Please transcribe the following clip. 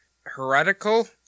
heretical